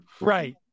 Right